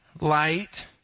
light